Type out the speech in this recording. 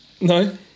No